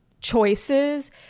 choices